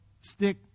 stick